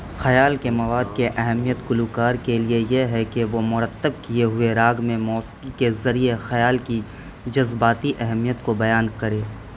خیال کے مواد کی اہمیت گلوکار کے لیے یہ ہے کہ وہ مرتب کیے ہوئے راگ میں موسیقی کے ذریعے خیال کی جذباتی اہمیت کو بیان کرے